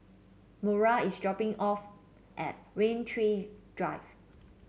Mora is dropping off at Rain Tree Drive